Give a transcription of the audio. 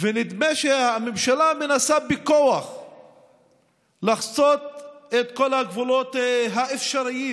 ונדמה שהממשלה מנסה בכוח לחצות את כל הגבולות האפשריים